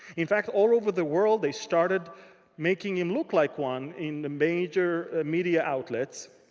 in fact, all over the world, they started making him look like one in the major media outlets.